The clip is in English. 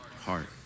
Heart